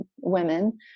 women